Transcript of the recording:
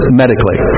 medically